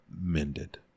mended